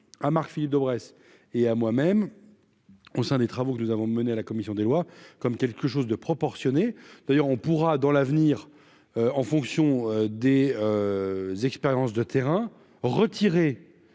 à Marc-Philippe Daubresse et à moi-même, au sein des travaux que nous avons mené à la commission des lois, comme quelque chose de proportionner d'ailleurs, on pourra dans l'avenir, en fonction des expériences de terrain retirer